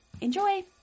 Enjoy